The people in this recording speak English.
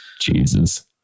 Jesus